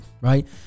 Right